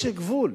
יש גבול.